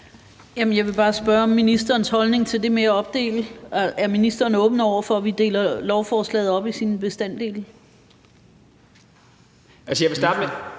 Jeg vil bare spørge om ministerens holdning til det med at opdele lovforslaget. Er ministeren åben over for, at vi deler lovforslaget op i sine bestanddele? Kl. 12:00 Den